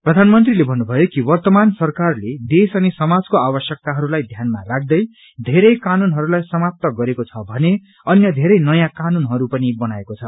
प्रधानमन्त्रीले भन्नुभयो कि वर्त्तमान सरकारले देश अनि समाजको आवश्यक्ताहरूलाई ध्यानमा राख्दै धेरै कानूनहरूलाई समाप्त गरेको छ भने अन्य धेरै नयाँ कानूनहरू बनाएको पनि छ